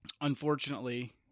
unfortunately